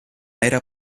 era